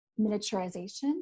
miniaturization